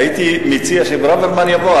הייתי מציע שברוורמן יבוא.